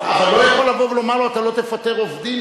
אבל לא יכול לבוא ולומר לו: אתה לא תפטר עובדים,